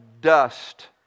dust